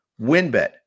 Winbet